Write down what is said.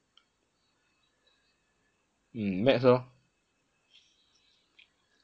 mm maths lor